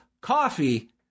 coffee